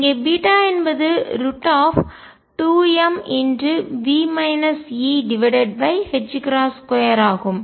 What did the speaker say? இங்கே என்பது √2m2 ஆகும்